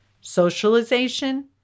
socialization